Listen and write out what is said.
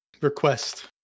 request